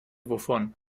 wovon